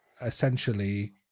essentially